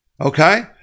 Okay